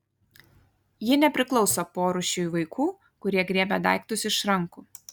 ji nepriklauso porūšiui vaikų kurie griebia daiktus iš rankų